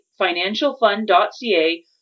financialfund.ca